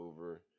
over